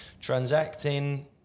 transacting